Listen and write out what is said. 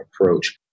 approach